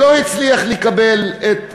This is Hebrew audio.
ולא הצליח לקבל את הרישיון.